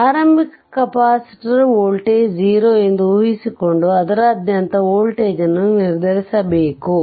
ಆರಂಭಿಕ capacitor voltage 0 ಎಂದು ಊಹಿಸಿಕೊಂಡು ಅದರಾದ್ಯಂತ ವೋಲ್ಟೇಜ್ ಅನ್ನು ನಿರ್ಧರಿಸಬೇಕು